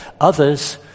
Others